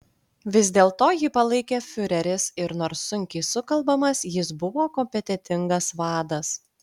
vis dėlto jį palaikė fiureris ir nors sunkiai sukalbamas jis buvo kompetentingas vadas